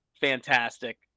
fantastic